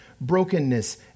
brokenness